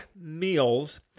meals